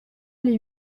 les